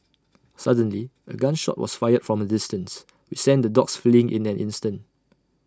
suddenly A gun shot was fired from A distance which sent the dogs fleeing in an instant